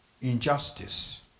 injustice